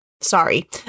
sorry